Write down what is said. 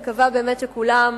אני מקווה באמת שכולם